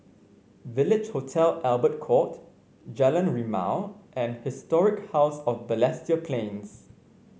Village Hotel Albert Court Jalan Rimau and Historic House of Balestier Plains